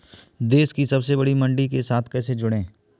देश की सबसे बड़ी मंडी के साथ कैसे जुड़ें?